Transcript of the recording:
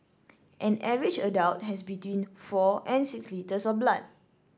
an average adult has between four and six litres of blood